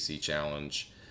Challenge